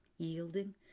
Yielding